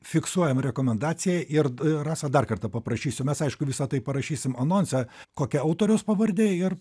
fiksuojam rekomendaciją ir rasa dar kartą paprašysiu mes aišku visa tai parašysim anonse kokia autoriaus pavardė ir